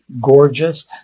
gorgeous